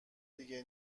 دیگه